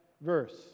verse